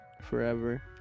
forever